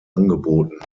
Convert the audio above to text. angeboten